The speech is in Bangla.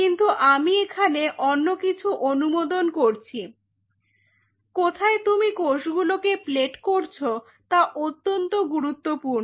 কিন্তু আমি এখানে অন্য কিছু অনুমোদন করছি কোথায় তুমি কোষগুলোকে প্লেট করছো তা অত্যন্ত গুরুত্বপূর্ণ